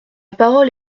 parole